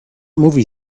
movie